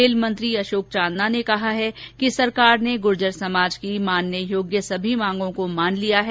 खेल मंत्री अशोक चांदना ने कहा है कि सरकार ने गुर्जर समाज की मानने योग्य सभी मांगों को मान लिया है